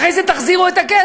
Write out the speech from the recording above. אחרי זה תחזירו את הכסף.